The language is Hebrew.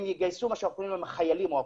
הם יגייסו מה שאנחנו קוראים להם החיילים או הקופים.